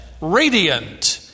radiant